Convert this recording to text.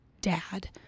dad